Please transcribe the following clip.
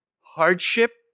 hardship